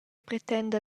pretenda